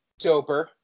Doper